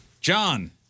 John